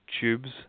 tubes